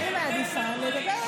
אני מעדיפה לדבר אל הציבור.